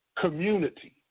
community